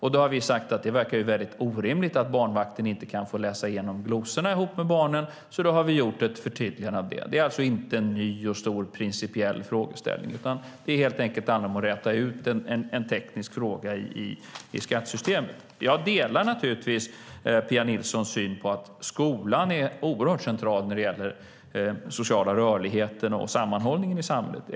Vi har sagt att det verkar helt orimligt att barnvakten inte kan få läsa igenom glosorna tillsammans med barnen. Därför har vi gjort ett förtydligande av det. Det är alltså inte en ny, stor, principiell frågeställning, utan det handlar helt enkelt om att räta ut en teknisk fråga i skattesystemet. Jag delar naturligtvis Pia Nilssons syn på att skolan är oerhört central när det gäller den sociala rörligheten och sammanhållningen i samhället.